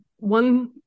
one